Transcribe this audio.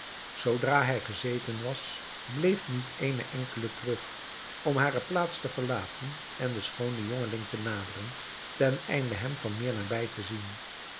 zoodra hij gezeten was bleef niet eene enkele terug om hare plaats te verlaten en den schoonen jongeling te naderen ten einde hem van meer nabij te zien